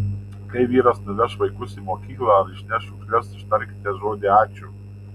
kai vyras nuveš vaikus į mokyklą ar išneš šiukšles ištarkite žodį ačiū